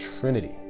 Trinity